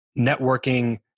networking